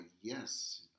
Yes